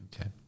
Okay